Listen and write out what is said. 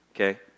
Okay